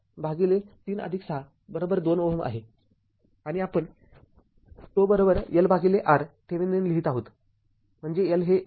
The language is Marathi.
आणि आपण ζLR थेविनिन लिहीत आहोत म्हणजे L हे १ हेनरी आहे